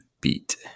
beat